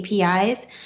APIs